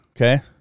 Okay